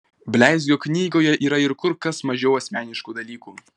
bleizgio knygoje yra ir kur kas mažiau asmeniškų dalykų